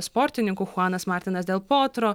sportininkų chuanas martinas del potro